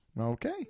Okay